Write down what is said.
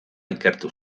ikertu